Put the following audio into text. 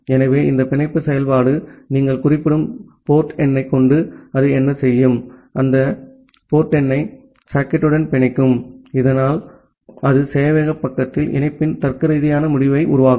ஆகவே இந்த பிணைப்பு செயல்பாடு நீங்கள் குறிப்பிடும் போர்ட் எண்ணைக் கொண்டு அது என்ன செய்யும் அது அந்த போர்ட் எண்ணை சாக்கெட்டுடன் பிணைக்கும் இதனால் அது சேவையக பக்கத்தில் இணைப்பின் தர்க்கரீதியான முடிவை உருவாக்கும்